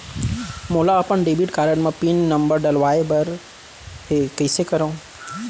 मोला अपन debit card म पिन नंबर डलवाय बर हे कइसे करव?